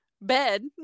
bed